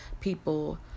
people